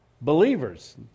believers